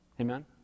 Amen